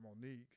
Monique